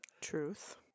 Truth